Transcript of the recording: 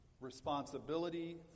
responsibility